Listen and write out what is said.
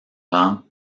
rang